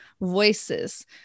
voices